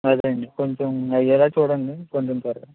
అదే అండి కొంచం అయ్యేలా చూడండి కొంచం త్వరగా